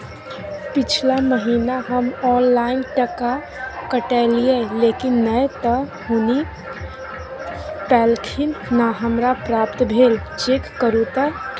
पिछला महीना हम ऑनलाइन टका कटैलिये लेकिन नय त हुनी पैलखिन न हमरा प्राप्त भेल, चेक करू त?